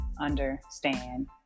understand